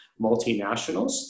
multinationals